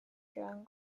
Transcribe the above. quedaron